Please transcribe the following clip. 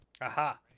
Aha